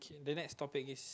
the next topic is